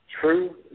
true